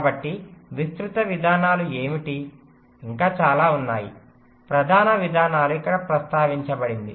కాబట్టి విస్తృత విధానాలు ఏమిటి ఇంకా చాలా ఉన్నాయి ప్రధాన విధానాలు ఇక్కడ ప్రస్తావించబడింది